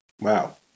Wow